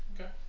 Okay